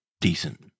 decent